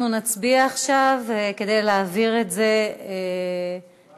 אנחנו נצביע עכשיו כדי להעביר את זה לוועדה.